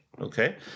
okay